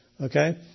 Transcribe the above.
okay